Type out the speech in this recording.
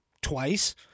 twice